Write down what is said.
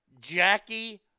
Jackie